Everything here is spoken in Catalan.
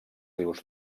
rius